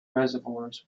reservoirs